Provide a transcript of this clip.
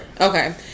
okay